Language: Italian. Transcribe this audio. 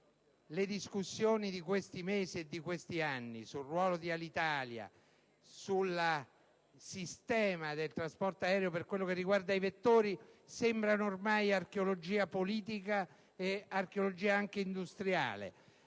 le discussioni di questi mesi e di questi anni sul ruolo di Alitalia, sul sistema del trasporto aereo per quanto riguarda i vettori, sembrano ormai archeologia politica e industriale.